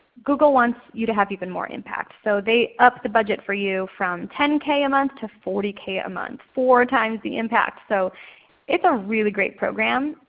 google wants you to have even more impact. so they upped their budget for you from ten k a month to forty k a month, four times the impact. so it's a really great program.